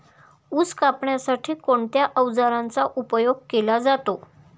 ऊस कापण्यासाठी कोणत्या अवजारांचा उपयोग केला जातो?